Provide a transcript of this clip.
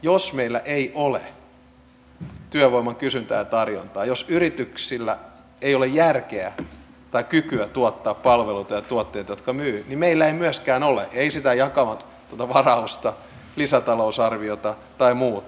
jos meillä ei ole työvoiman kysyntää ja tarjontaa jos yrityksillä ei ole järkeä tai kykyä tuottaa palveluita ja tuotteita jotka myyvät niin meillä ei myöskään ole sitä jakamatonta varausta lisätalousarviota tai muuta